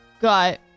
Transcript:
got